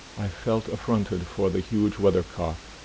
i felt affronted for the huge weathercock,